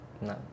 no